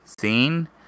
seen